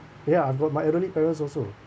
ya I've brought my elderly parents also